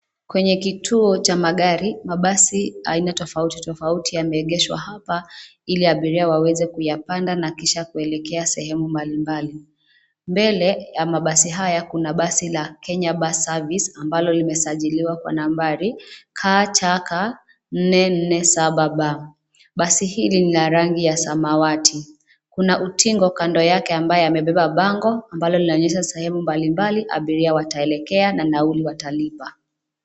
Kwenye kituo cha magari, mabasi aina tofauti tofauti yameegeshwa hapa, ili abiria waweze kupayapanda na kisha kuelekea sehemu mbali mbali, mbele, ya mabasi haya kuna basi la Kenya Bus Service ambalo limesajiliwa kwa nambari, KCK 447B, basi hili ni la rangi ya samawati, kuna utingo kando yale ambaye amebeba bango ambalo linaonyesha sehemu mbali mbali abiria wataelekea na nauli watalipa.